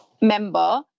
member